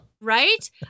Right